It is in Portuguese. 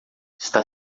está